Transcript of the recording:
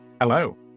Hello